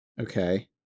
Okay